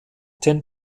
ten